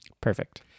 Perfect